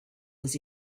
was